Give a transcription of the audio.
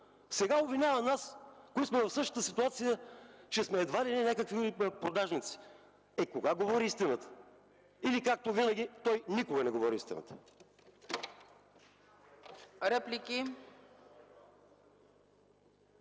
Сега обвинява нас, които сме в същата ситуация, че сме едва ли не някакви продажници! Е, кога говори истината? Или, както винаги, той никога не говори истината.